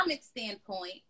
standpoint